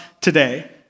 today